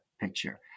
picture